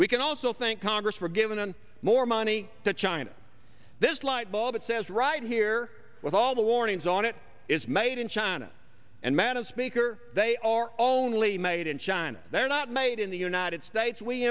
we can also think congress were given more money to china this lightbulb it says right here with all the warnings on it is made in china and madam speaker they are only made in china they're not made in the united states we